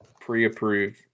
pre-approved